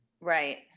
Right